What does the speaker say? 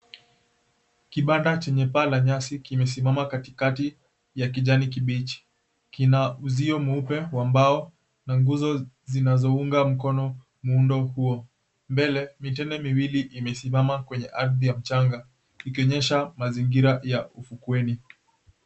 Kibanda chenye paa la nyasi kimesimama katikati ya kijani kibichi. Kina uzio mweupe wa mbao na nguzo zinazounga mkono muundo huo. Mbele, mitende miwili imesimama kwenye ardhi ya mchanga kikionyesha mazingira ya ufukweni.